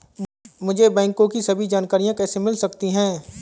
मुझे बैंकों की सभी जानकारियाँ कैसे मिल सकती हैं?